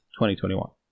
2021